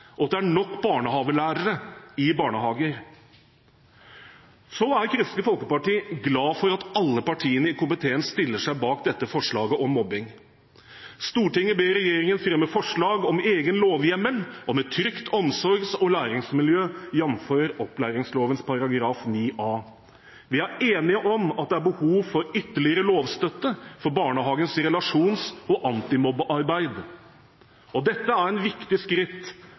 og at det er nok barnehagelærere i barnehagen. Så er Kristelig Folkeparti glad for at alle partiene i komiteen stiller seg bak dette forslaget om mobbing: «Stortinget ber regjeringen fremme forslag om egen lovhjemmel om et trygt omsorgs- og læringsmiljø, jf. opplæringsloven § 9a.» Vi er enige om at det er behov for ytterligere lovstøtte for barnehagens relasjons- og antimobbearbeid. Dette er et viktig skritt